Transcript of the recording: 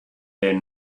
there